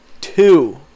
Two